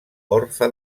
orfe